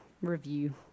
review